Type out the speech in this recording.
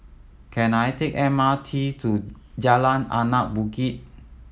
can I take M R T to Jalan Anak Bukit